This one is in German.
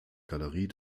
galerie